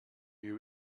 you